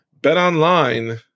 BetOnline